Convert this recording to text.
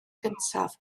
gyntaf